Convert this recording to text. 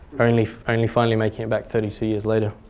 only only finally making it back thirty two years later.